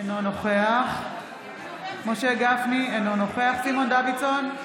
אינו נוכח משה גפני, אינו נוכח סימון דוידסון,